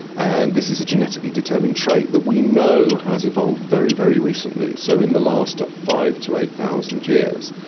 and this is a genetically determined trait that we know has evolved very, very recently, so in the last five thousand to eight thousand years,